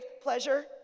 pleasure